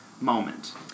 moment